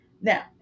Now